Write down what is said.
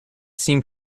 seemed